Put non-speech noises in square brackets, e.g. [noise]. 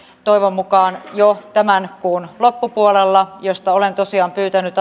toivon mukaan jo tämän kuun loppupuolella josta olen tosiaan pyytänyt [unintelligible]